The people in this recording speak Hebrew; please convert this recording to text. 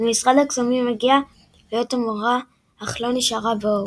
ממשרד הקסמים הגיעה להיות המורה אך לא נשארה בהוגוורטס.